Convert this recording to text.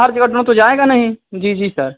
हर जगह ड्रोन तो जाएगा नहीं जी जी सर